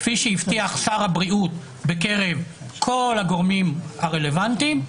כפי שהבטיח שר הבריאות בקרב כל הגורמים הרלוונטיים,